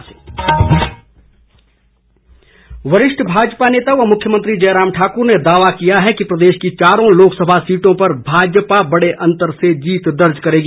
जयराम ठाकुर वरिष्ठ भाजपा नेता व मुख्यमंत्री जयराम ठाकुर ने दावा किया है कि प्रदेश की चारों लोकसभा सीटों पर भाजपा बड़े अंतर से जीत दर्ज करेगी